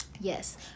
Yes